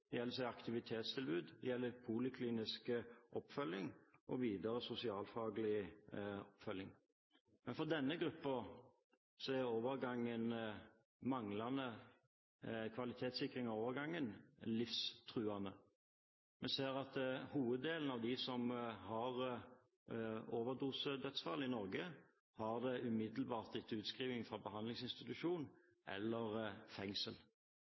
gjelder bolig, det gjelder aktivitetstilbud, det gjelder poliklinisk oppfølging og videre sosialfaglig oppfølging. Men for denne gruppen er manglende kvalitetssikring av overgangen livstruende. Vi ser at hoveddelen av overdosedødsfall i Norge skjer umiddelbart etter utskrivning fra behandlingsinstitusjon eller fengsel.